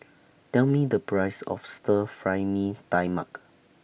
Tell Me The Price of Stir Fry Mee Tai Mak